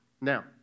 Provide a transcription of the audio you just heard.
Now